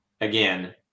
again